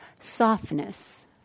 softness